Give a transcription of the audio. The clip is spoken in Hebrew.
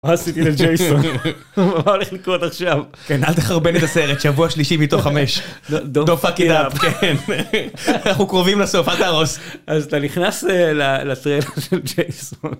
מה הולך לקרות עכשיו... כן, אל תחרבן את הסרט, שבוע שלישי מתוך חמש. דונט פאק איט אפ. אנחנו קרובים לסוף, אל תהרוס. אז אתה נכנס לטריילר של ג'ייסון...